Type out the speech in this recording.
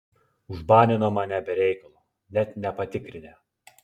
užbanino mane be reikalo net nepatikrinę